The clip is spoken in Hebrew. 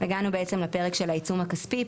הגענו בעצם לפרק של העיצום הכספי.